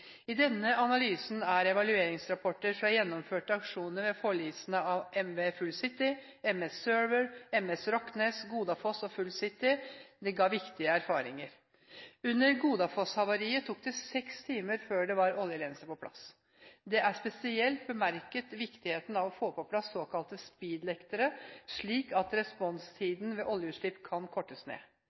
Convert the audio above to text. i oljevernoppdrag. I denne analysen har evalueringsrapporter fra gjennomførte aksjoner ved forlisene av MV «Full City», MS «Server» og MS «Rocknes» og «Godafoss» gitt viktige erfaringer. Under «Godafoss»-havariet tok det seks timer før det var oljelenser på plass. Det er spesielt bemerket viktigheten av å få på plass såkalte speedlektere, slik at responstiden ved oljeutslipp kan kortes ned.